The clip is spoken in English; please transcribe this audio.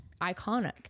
iconic